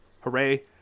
Hooray